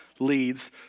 leads